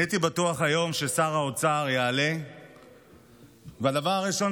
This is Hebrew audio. הייתי בטוח היום ששר האוצר יעלה והדבר הראשון